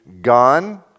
gone